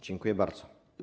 Dziękuję bardzo.